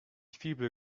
fibel